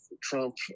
Trump